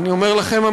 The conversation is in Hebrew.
אני אומר לכם,